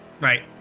Right